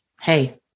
hey